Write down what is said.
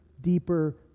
deeper